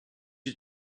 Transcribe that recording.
you